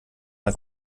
mal